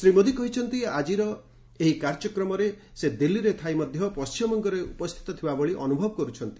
ଶ୍ରୀ ମୋଦୀ କହିଛନ୍ତି ଆଜିର ଏହି କାର୍ଯ୍ୟକ୍ରମରେ ସେ ଦିଲ୍ଲୀରେ ଥାଇ ମଧ୍ୟ ପଣ୍ଟିମବଙ୍ଗରେ ଉପସ୍ଥିତ ଥିବା ଭଳି ଅନୁଭବ କରୁଛନ୍ତି